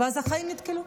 ואז החיים נתקעו.